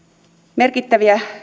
merkittäviä